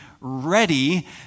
ready